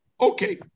Okay